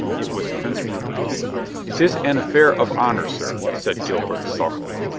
it was prince rupert tis an affair of honor, sir, said gilbert sulkily.